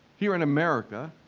here in america,